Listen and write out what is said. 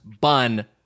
bun